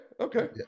okay